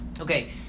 Okay